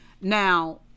Now